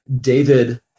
David